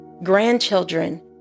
grandchildren